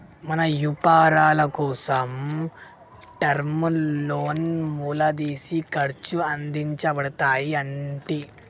మన యపారాలకోసం టర్మ్ లోన్లా మూలదిన ఖర్చు అందించబడతాయి అంటి